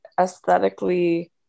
aesthetically